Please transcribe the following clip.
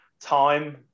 time